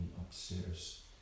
upstairs